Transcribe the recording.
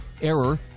error